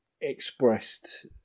expressed